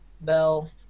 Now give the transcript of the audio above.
Bell